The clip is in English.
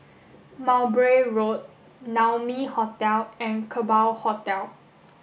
Mowbray Road Naumi Hotel and Kerbau Hotel